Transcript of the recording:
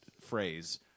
phrase